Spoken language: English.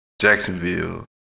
Jacksonville